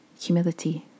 Humility